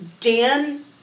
Dan